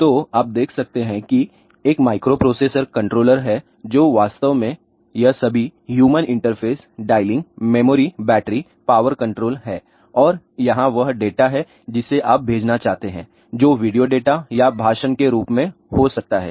तो आप देख सकते हैं कि एक माइक्रोप्रोसेसर कंट्रोलर है जो वास्तव में यह सभी human interface dialling memory battery power control है और यहां वह डेटा है जिसे आप भेजना चाहते हैं जो वीडियो डेटा या भाषण के रूप में हो सकता है